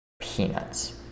Peanuts